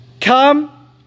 come